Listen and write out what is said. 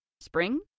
Spring